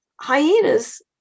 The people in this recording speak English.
hyenas